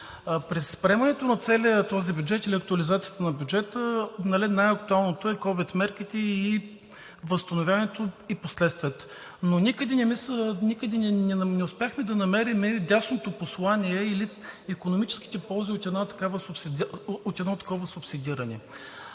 При приемането на целия този бюджет или актуализацията на бюджета, най-актуалното е ковид мерките, възстановяването и последствията, но никъде не успяхме да намерим дясното послание или икономическите ползи от едно такова субсидиране.